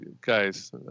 guys